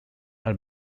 are